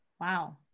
Wow